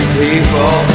people